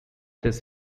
this